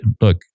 Look